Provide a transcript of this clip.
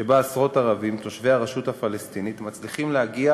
שבה עשרות ערבים תושבי הרשות הפלסטינית מצליחים להגיע